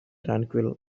tranquil